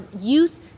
youth